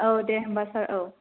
औ दे होमबा सार औ